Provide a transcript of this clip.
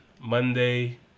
Monday